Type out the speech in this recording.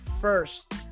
first